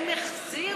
הם החזירו,